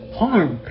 harm